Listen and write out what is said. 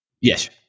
Yes